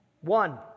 one